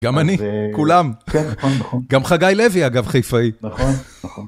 גם אני, כולם, גם חגי לוי אגב חיפאי. נכון, נכון.